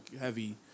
heavy